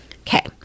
Okay